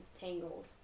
Tangled